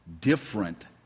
different